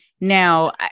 Now